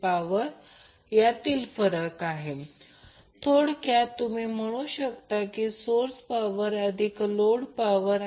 तरIa VAN ZA आहे Ib VBN ZB आहे आणि हे स्टार कनेक्टेड लोड आहे